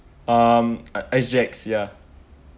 um a~ S_G_X ya